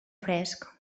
fresc